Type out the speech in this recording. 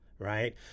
Right